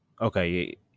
Okay